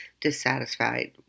dissatisfied